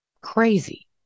crazy